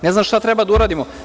Ne znam šta treba da uradimo?